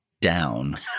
down